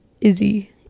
izzy